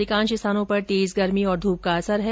अधिकांश स्थानों पर तेज गर्मी और धूप का असर है